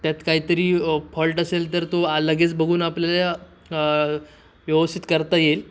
त्यात काहीतरी फॉल्ट असेल तर तो लगेच बघून आपल्याला व्यवस्थित करता येईल